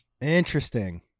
Interesting